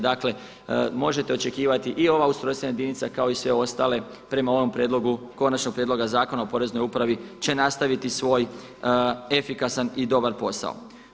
Dakle, možete očekivati i ova ustrojstvena jedinica kao i sve ostale prema onom prijedlogu konačnog prijedloga Zakona o poreznoj upravi će nastavit svoj efikasan i dobar posao.